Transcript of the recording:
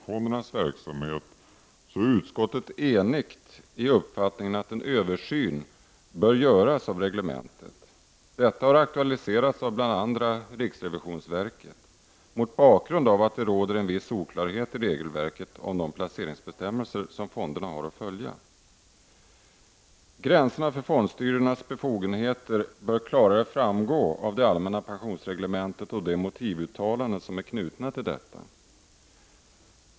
Fru talman! Näringsutskottet anser, vilket framgår av betänkandet, att den redovisning som vi får av pensionsfondens verksamhet är bra. Men utskottet är enigt i uppfattningen att en översyn bör göras av det reglemente som styr pensionsfondens och även löntagarfondens verksamhet. Detta har aktualiserats av bl.a. riksrevisionsverket mot bakgrund av att det råder en viss oklarhet i regelverket om de placeringsbestämmelser som fonderna har att följa. Gränserna för fondstyrelsernas befogenheter bör klarare framgå av det allmänna pensionsreglementet och de motivuttalanden som är knutna till detta.